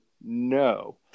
No